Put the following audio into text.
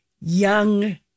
young